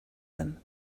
them